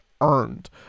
earned